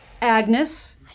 Agnes